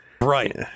Right